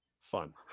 Fun